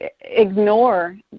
ignore